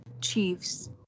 chiefs